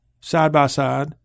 side-by-side